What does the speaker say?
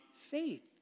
faith